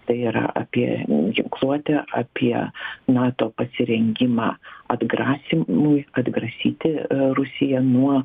tai yra apie ginkluotę apie nato pasirengimą atgrasymui atgrasyti rusiją nuo